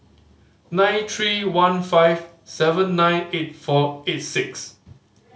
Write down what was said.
nine three one five seven nine eight four eight six